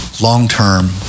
long-term